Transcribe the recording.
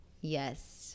Yes